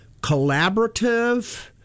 collaborative